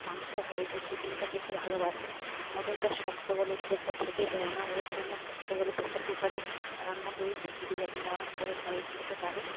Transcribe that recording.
মাংস হয় ও চিকেনটা খেতে ভালোবাসে মাটনটা শক্ত বলে ও খুব একটা খেতে চায় না ওর জন্য শক্ত বলে প্রেসার কুকারে রান্না করি সিটি দিই যাতে নরম করে হয় ও খেতে পারে